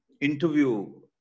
interview